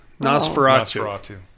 nosferatu